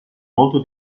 molto